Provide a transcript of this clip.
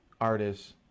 artists